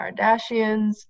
Kardashians